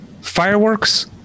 fireworks